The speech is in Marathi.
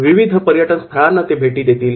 विविध पर्यटन स्थळांना ते भेटी देतील